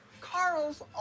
carl's